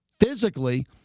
physically